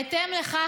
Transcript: בהתאם לכך,